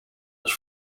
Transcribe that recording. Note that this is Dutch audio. als